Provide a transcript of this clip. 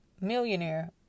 millionaire